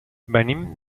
venim